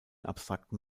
abstrakten